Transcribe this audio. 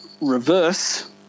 reverse